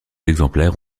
exemplaires